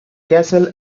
castle